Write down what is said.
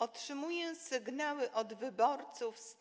Otrzymuję z terenu sygnały od wyborców,